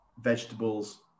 vegetables